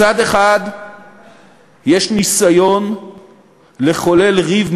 מצד אחד יש ניסיון לחולל ריב,